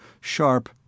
sharp